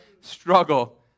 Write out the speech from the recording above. struggle